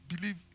believe